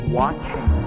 watching